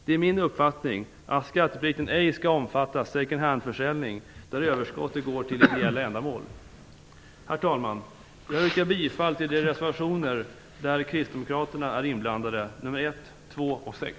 Det är min uppfattning att skatteplikten ej skall omfatta second hand-försäljning där överskottet går till ideella ändamål. Herr talman! Jag yrkar bifall till de reservationer där kristdemokrater är med, dvs. 1, 2 och 6.